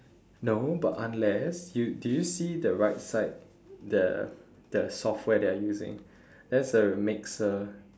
no but unless you did you see the right side the the software they are using that's a mixer